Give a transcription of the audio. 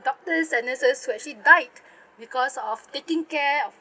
doctors and nurses who actually died because of taking care of